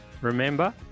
Remember